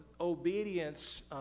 obedience